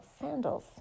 sandals